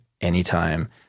anytime